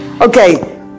okay